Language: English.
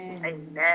amen